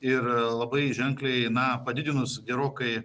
ir labai ženkliai na padidinus gerokai